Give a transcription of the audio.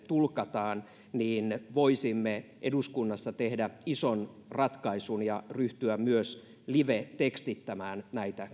tulkataan viittomakielelle niin voisimme eduskunnassa tehdä ison ratkaisun ja ryhtyä myös livetekstittämään